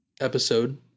episode